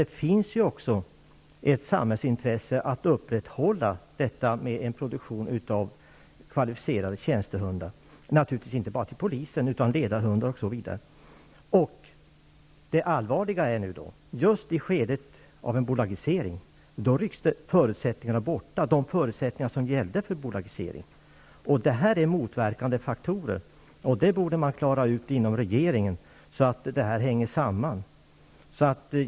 Det finns också ett samhällsintresse av att upprätthålla en produktion av kvalificerade tjänstehundar, inte bara till polisen utan som ledarhundar osv. Det allvarliga är att i skedet för en bolagisering rycks de förutsättningar som gällde för bolagisering bort. Det här är motverkande faktorer. Det borde man klara ut inom regeringen så att det här hänger samman.